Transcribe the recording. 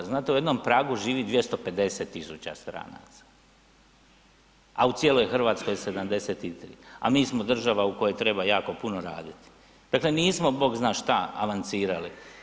Znate u jednom Pragu živi 250.000 stranca, a u cijeloj Hrvatskoj 73, a mi smo država u kojoj treba jako puno raditi, dakle nismo bog zna šta avancirali.